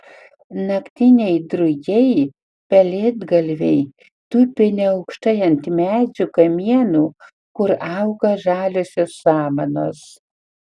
naktiniai drugiai pelėdgalviai tupi neaukštai ant medžių kamienų kur auga žaliosios samanos